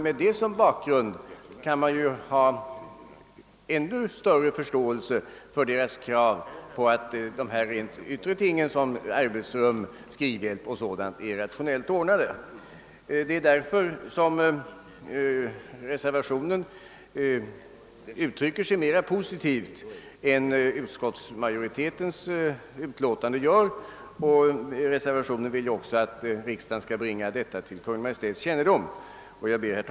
Mot den bakgrunden kan man ha ännu större förståelse för lärarnas krav att sådant som arbetsrum, skrivhjälp etc. är rationellt ordnat. Det är därför reservationen är mera positiv än utskottsmajoritetens skrivning, och reservanterna vill att riksdagen skall bringa detta till Kungl. Maj:ts kännedom. Herr talman!